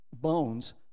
bones